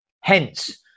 Hence